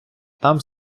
там